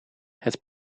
het